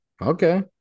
Okay